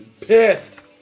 Pissed